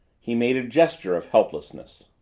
he made a gesture of helplessness.